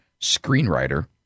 screenwriter